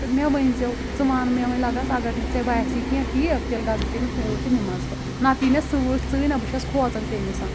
تہٕ مےٚ ؤنزٮ۪و ژٕ وَن مےٚ وۄنۍ لَگَس اگر ژےٚ باسی کیٚنٛہہ ٹھیٖک تیٚلہِ گَژھٕ بہٕ تٔمِس توٗرۍ تہٕ نِمَس بہٕ نَتہِ یہِ مےٚ سۭتۍ ژٕے نہ بہٕ چھس کھوژان تٔمِسَ